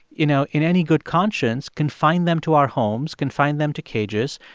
you know, in any good conscience, confine them to our homes, confine them to cages,